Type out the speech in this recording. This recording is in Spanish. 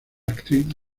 actriz